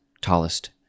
tallest